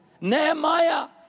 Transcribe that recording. Nehemiah